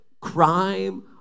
crime